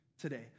today